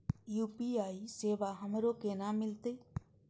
UPI सेवा हमरो केना मिलते?